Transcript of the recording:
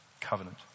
covenant